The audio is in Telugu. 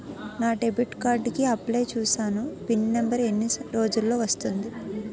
నా డెబిట్ కార్డ్ కి అప్లయ్ చూసాను పిన్ నంబర్ ఎన్ని రోజుల్లో వస్తుంది?